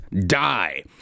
die